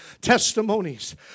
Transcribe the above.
testimonies